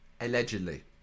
Allegedly